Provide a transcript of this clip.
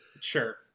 Sure